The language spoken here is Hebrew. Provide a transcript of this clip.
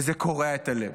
וזה קורע את הלב.